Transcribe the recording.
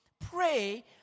pray